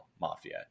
mafia